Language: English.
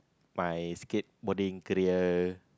my skateboarding career